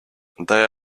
they